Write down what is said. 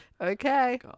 okay